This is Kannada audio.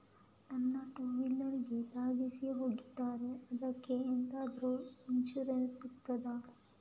ನನ್ನ ಟೂವೀಲರ್ ಗೆ ತಾಗಿಸಿ ಹೋಗಿದ್ದಾರೆ ಅದ್ಕೆ ಎಂತಾದ್ರು ಇನ್ಸೂರೆನ್ಸ್ ಸಿಗ್ತದ?